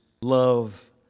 love